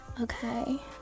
Okay